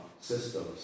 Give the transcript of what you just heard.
systems